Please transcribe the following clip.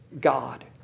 God